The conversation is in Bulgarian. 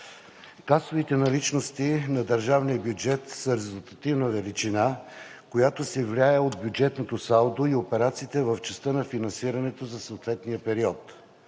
Касовите наличности на държавния бюджет са резултативна величина, която се влия от бюджетното салдо и операциите в частта на финансирането за съответния период.